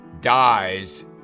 dies